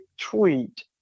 tweet